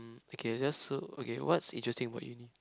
mm okay guess so okay what's interesting about uni